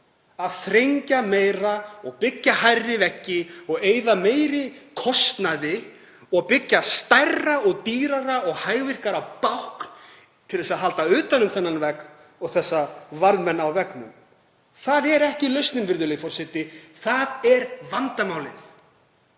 að þrengja meira og byggja hærri veggi og eyða meiri peningum og byggja stærra og dýrara og hægvirkara bákn til þess að halda utan um þennan vegg og þessa varðmenn á veggnum. Það er ekki lausnin, virðulegur forseti, það er vandamálið.